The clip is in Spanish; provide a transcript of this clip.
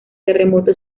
terremoto